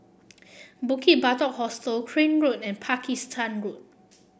Bukit Batok Hostel Crane Road and Pakistan Road